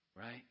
Right